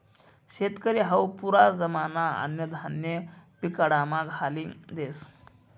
शेतकरी हावू पुरा जमाना अन्नधान्य पिकाडामा घाली देस